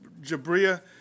Jabria